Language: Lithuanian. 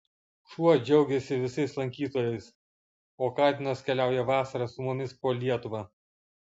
šuo džiaugiasi visais lankytojais o katinas keliauja vasarą su mumis po lietuvą